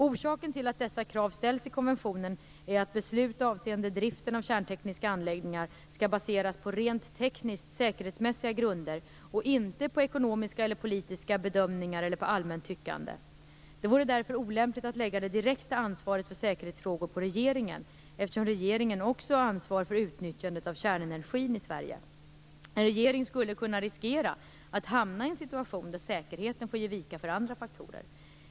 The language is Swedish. Orsaken till att dessa krav ställs i konventionen är att beslut avseende driften av kärntekniska anläggningar skall baseras på rent tekniskt säkerhetsmässiga grunder och inte på ekonomiska eller politiska bedömningar eller på allmänt tyckande. Det vore därför olämpligt att lägga det direkta ansvaret för säkerhetsfrågor på regeringen eftersom regeringen också har ansvar för utnyttjandet av kärnenergin i Sverige. En regering skulle kunna riskera att hamna i en situation där kärnsäkerheten får ge vika för andra faktorer.